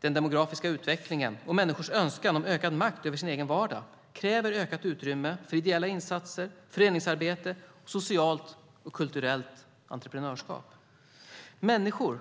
den demografiska utvecklingen och människors önskan om ökad makt över sin egen vardag kräver ökat utrymme för ideella insatser, föreningsarbete och socialt och kulturellt entreprenörskap. Människor